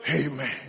Amen